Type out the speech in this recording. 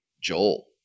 Joel